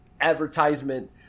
advertisement